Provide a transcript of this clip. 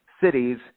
cities